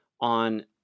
on